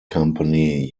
company